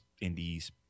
indies